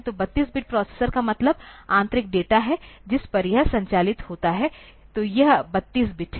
तो 32 bit processor का मतलब आंतरिक डेटा है जिस पर यह संचालित होता है तो यह 32 बिट है